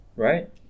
Right